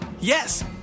Yes